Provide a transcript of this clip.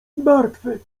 martwy